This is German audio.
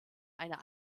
einer